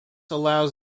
allows